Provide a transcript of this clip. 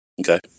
okay